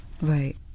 Right